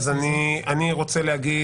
אז אני רוצה להגיד